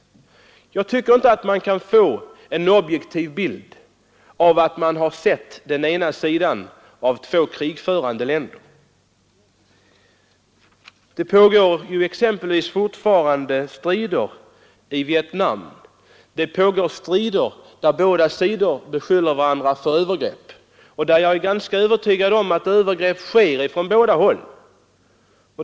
Jag tror inte att man kan få en objektiv bild genom att se den ena sidan av två i ett krigförande land. Det pågår fortfarande strider i Vietnam, där båda sidor beskyller varandra för övergrepp. Jag är ganska övertygad om att övergrepp sker från båda hållen.